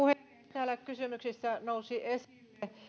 täällä kysymyksissä nousi esille